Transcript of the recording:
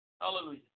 Hallelujah